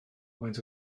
faint